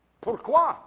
Pourquoi